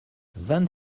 vingt